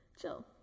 Chill